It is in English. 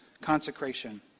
consecration